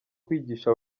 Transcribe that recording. kwigisha